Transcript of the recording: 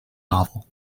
novel